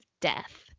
death